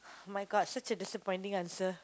!my god! such a disappointing answer